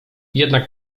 jednak